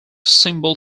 symbol